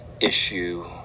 issue